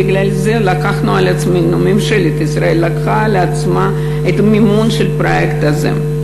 בגלל זה ממשלת ישראל לקחה על עצמה את המימון של הפרויקט הזה.